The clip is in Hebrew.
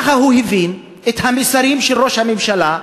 ככה הוא הבין את המסרים של ראש הממשלה,